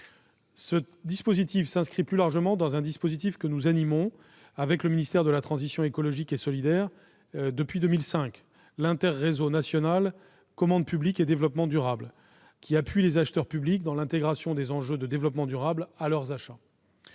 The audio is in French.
éclairée. Il s'inscrit plus largement dans un dispositif que nous animons avec le ministère de la transition écologique et solidaire depuis 2005 : l'inter-réseaux national Commande publique et développement durable, qui appuie les acheteurs publics dans l'intégration des enjeux de développement durable à leurs achats.